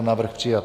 Návrh přijat.